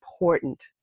important